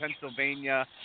Pennsylvania